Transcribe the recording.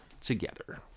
together